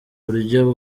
buryo